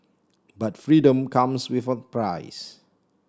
but freedom comes with a price